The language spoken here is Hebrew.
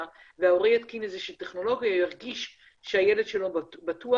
וההורה יתקין איזו שהיא טכנולוגיה הוא ירגיש שהילד שלו בטוח,